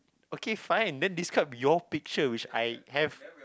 okay fine then describe your picture which I have